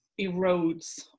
erodes